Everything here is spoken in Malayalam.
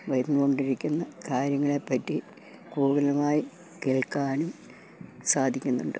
വന്നുകൊണ്ടിരിക്കുന്ന കാര്യങ്ങളെപ്പറ്റി കൂടുതലായി കേൾക്കാനും സാധിക്കുന്നുണ്ട്